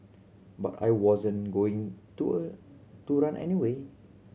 but I wasn't going to a to run any way